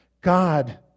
God